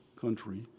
country